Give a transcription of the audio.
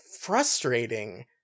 frustrating